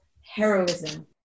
heroism